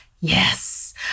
Yes